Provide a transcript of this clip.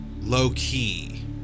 low-key